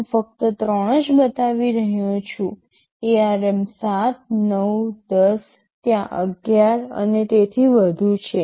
હું ફક્ત ત્રણ જ બતાવી રહ્યો છું ARM 7 9 10 ત્યાં 11 અને તેથી વધુ છે